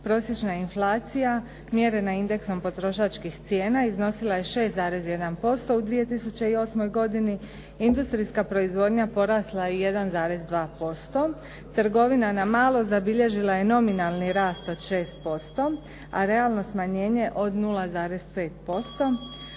prosječna inflacija mjerena indeksom potrošačkih cijena iznosila 6,1% u 2008. godini, industrijska proizvodnja porasla je 1,2%, trgovina na malo zabilježila je nominalni rast od 6%, a realno smanjenje od 0,5%.